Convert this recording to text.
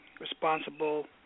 responsible